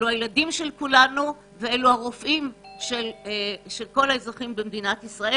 אלו הילדים של כולנו ואלו הרופאים של כל האזרחים במדינת ישראל